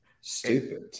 stupid